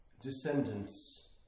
descendants